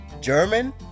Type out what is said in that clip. German